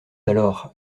alors